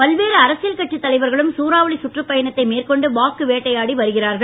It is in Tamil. பல்வேறு அரசியல் கட்சி தலைவர்களும் சூறாவளி சுற்றுப் பயணத்தை மேற்கொண்டு வாக்கு வேட்டையாடி வருகிறார்கள்